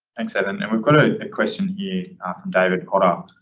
excellent. and we've got a question here from david potter.